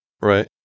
Right